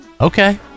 okay